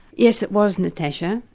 yes it was, natasha,